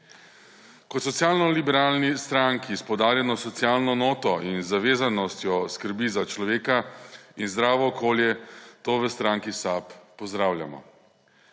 Kot socialno-liberalni stranki s poudarjeno socialno noto in zavezanostjo skrbi za človeka in zdravo okolje to v stranki SAB pozdravljamo.